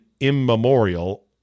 immemorial